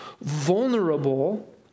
vulnerable